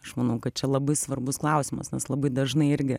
aš manau kad čia labai svarbus klausimas nes labai dažnai irgi